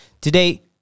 today